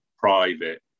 private